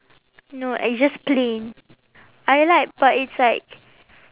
no it's just plain I like but it's like